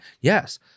Yes